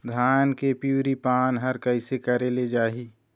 धान के पिवरी पान हर कइसे करेले जाही?